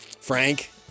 Frank